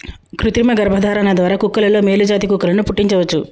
కృతిమ గర్భధారణ ద్వారా కుక్కలలో మేలు జాతి కుక్కలను పుట్టించవచ్చు